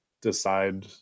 decide